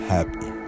Happy